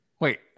Wait